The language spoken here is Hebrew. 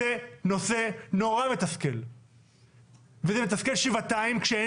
נושא נורא מתסכל וזה מתסכל שבעתיים כשאין